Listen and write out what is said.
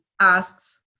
asks